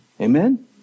Amen